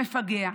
מפגע,